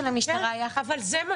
המשטרה יחד עם הנתונים המתאימים --- כן,